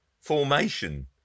formation